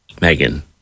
Megan